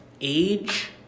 age